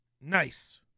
Nice